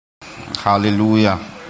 hallelujah